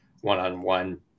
one-on-one